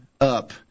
up